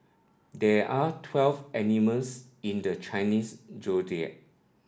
there are twelve animals in the Chinese Zodiac